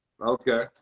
Okay